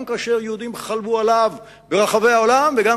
גם כאשר יהודים חלמו עליו ברחבי העולם וגם